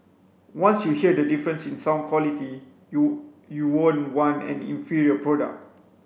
once you hear the difference in sound quality you you won't want an inferior product